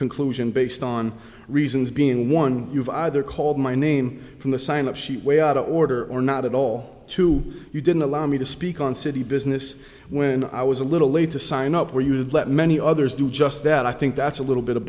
conclusion based on reasons being one you've either called my name from the sign up sheet way out of order or not at all to you didn't allow me to speak on city business when i was a little late to sign up where you would let many others do just that i think that's a little bit of